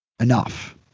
enough